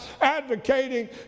advocating